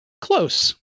Close